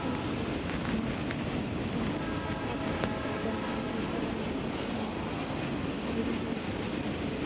ᱛᱤᱱᱟᱹᱜ ᱠᱚ ᱮᱱᱮᱡ ᱮᱫ ᱛᱟᱦᱮᱸᱫ ᱟᱨ ᱱᱤᱛᱚᱜ ᱫᱚ ᱰᱤᱡᱤᱴᱟᱞ ᱮᱱᱟ ᱡᱟᱦᱟᱸ ᱞᱮᱠᱟ ᱯᱟᱹᱦᱤᱞ ᱫᱚ